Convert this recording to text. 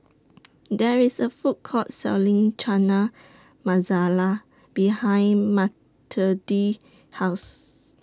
There IS A Food Court Selling Chana Masala behind Mathilde's House